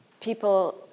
people